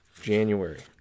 January